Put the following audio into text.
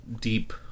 deep